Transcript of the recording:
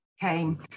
came